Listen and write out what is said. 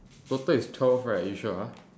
total is twelve right you sure ah